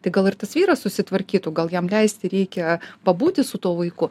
tai gal ir tas vyras susitvarkytų gal jam leisti reikia pabūti su tuo vaiku